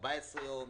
14 יום,